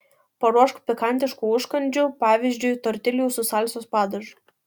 paruošk pikantiškų užkandžių pavyzdžiui tortiljų su salsos padažu